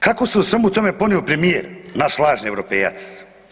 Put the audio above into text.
Kako se u svemu tome ponio premijer, naš lažni Europejac?